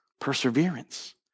perseverance